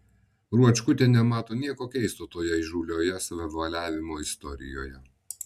ruočkutė nemato nieko keisto toje įžūlioje savavaliavimo istorijoje